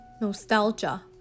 Nostalgia